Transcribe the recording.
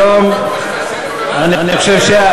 היום אני חושב,